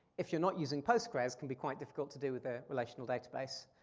if you're not using postgres, can be quite difficult to do with a relational database.